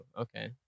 okay